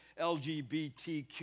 LGBTQ